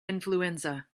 influenza